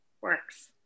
works